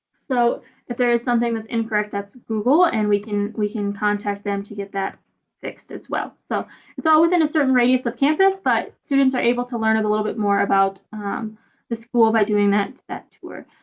so if there is something that's incorrect, that's google. and we can we can contact them to get that fixed as well. so it's all within a certain radius of campus, but students are able to learn it a little bit more about the school by doing that that tour.